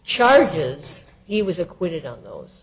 charges he was acquitted on those